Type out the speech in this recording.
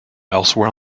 elsewhere